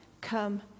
come